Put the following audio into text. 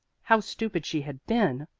how stupid she had been!